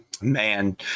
Man